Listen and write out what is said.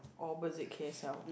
opposite K_S_L ah